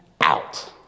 out